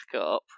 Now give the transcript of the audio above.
up